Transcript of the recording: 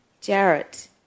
Jarrett